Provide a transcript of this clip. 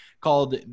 called